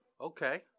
Okay